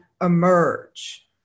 emerge